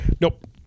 Nope